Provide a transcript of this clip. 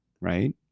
right